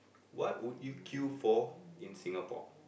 what would you queue for in Singapore